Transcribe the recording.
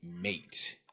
mate